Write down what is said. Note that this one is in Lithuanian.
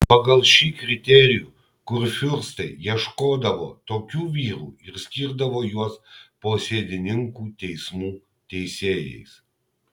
pagal šį kriterijų kurfiurstai ieškodavo tokių vyrų ir skirdavo juos posėdininkų teismų teisėjais